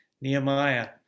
Nehemiah